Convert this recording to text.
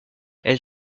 elle